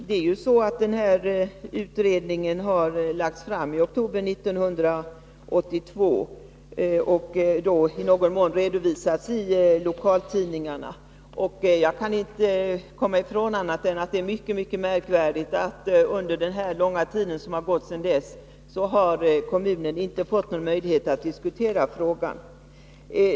Herr talman! Utredningen lades fram i oktober 1982 och redovisades då i någon mån i lokaltidningarna. Jag kan inte komma ifrån att det är mycket märkvärdigt att kommunen under den långa tid som har gått sedan dess inte har fått någon möjlighet att diskutera frågan.